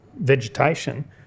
vegetation